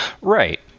Right